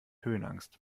höhenangst